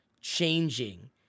changing